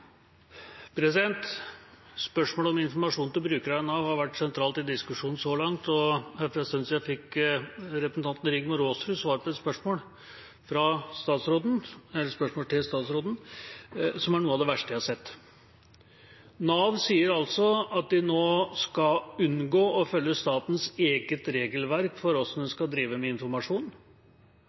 Spørsmålet om informasjon til brukerne av Nav har vært sentralt i diskusjonen så langt, og her for en stund siden fikk representanten Rigmor Aasrud svar på et spørsmål til statsråden, som er noe av det verste jeg har sett: Nav sier altså at de nå skal unngå å følge statens eget regelverk for hvordan en skal drive med informasjon.